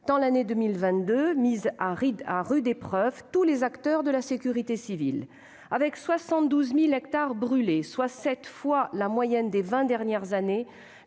tant l'année 2022 a mis à rude épreuve tous les acteurs de la sécurité civile. Avec 72 000 hectares brûlés, soit sept fois plus que la moyenne annuelle des vingt dernières années,